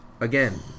again